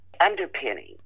underpinning